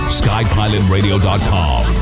skypilotradio.com